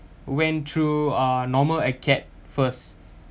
went through uh normal acad first